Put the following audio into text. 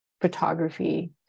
photography